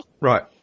right